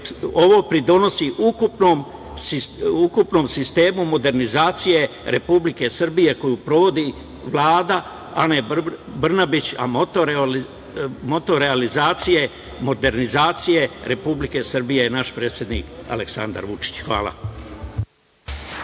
ovo pridonosi ukupnom sistemu modernizacije Republike Srbije koju provodi Vlada Ane Brnabić a motor realizacije modernizacije Republike Srbije je naš predsednik Aleksandar Vučić. Hvala.